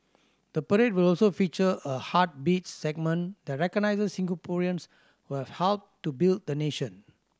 the parade will also feature a Heartbeats segment that recognises Singaporeans who have helped to build the nation